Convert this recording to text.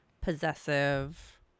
possessive